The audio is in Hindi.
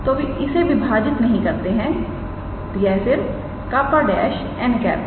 तो इसे विभाजित नहीं करते हैंतो यह सिर्फ 𝜅 ′𝑛̂ है